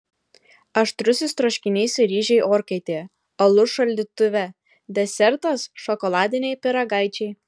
aštrusis troškinys ir ryžiai orkaitėje alus šaldytuve desertas šokoladiniai pyragaičiai